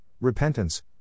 repentance